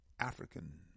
African